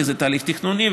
כי זה תהליך תכנוני,